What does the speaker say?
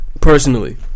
Personally